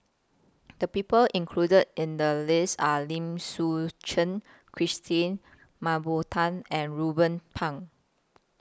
The People included in The list Are Lim Suchen Christine Mah Bow Tan and Ruben Pang